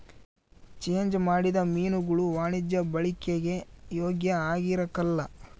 change ಮಾಡಿದ ಮೀನುಗುಳು ವಾಣಿಜ್ಯ ಬಳಿಕೆಗೆ ಯೋಗ್ಯ ಆಗಿರಕಲ್ಲ